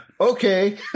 okay